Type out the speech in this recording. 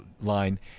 line